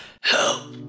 help